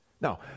Now